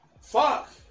fuck